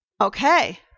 Okay